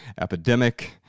epidemic